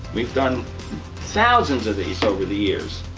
we've done thousands of these over the years.